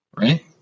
right